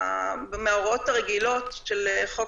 כל ההליך הזה הוא תחליף לביקורי משטרה ולכן